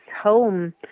home